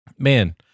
Man